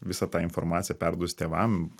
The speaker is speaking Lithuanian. visą tą informaciją perdavus tėvam